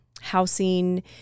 housing